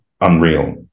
unreal